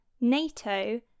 NATO